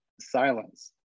silence